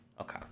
Okay